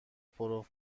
پرو